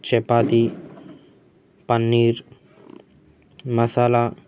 chapati paneer masala